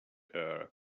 arab